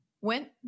went